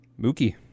Mookie